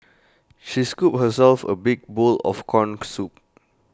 she scooped herself A big bowl of Corn Soup